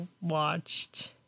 watched